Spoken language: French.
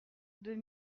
deux